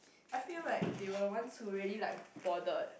I feel like they're the ones who really like bothered